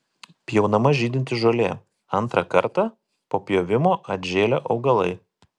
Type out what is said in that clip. pjaunama žydinti žolė antrą kartą po pjovimo atžėlę augalai